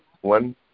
one